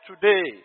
today